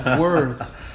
worth